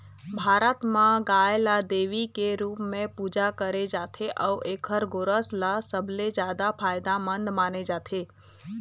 भारत म गाय ल देवी के रूप पूजा करे जाथे अउ एखर गोरस ल सबले जादा फायदामंद माने जाथे